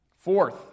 Fourth